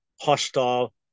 hostile